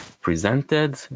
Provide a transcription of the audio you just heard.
presented